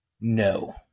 no